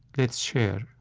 let's share